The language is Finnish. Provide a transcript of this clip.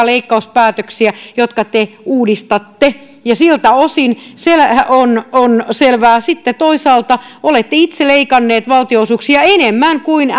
leikkauspäätöksiä jotka te uudistatte ja siltä osin se on selvää sitten toisaalta olette itse leikanneet valtionosuuksia enemmän kuin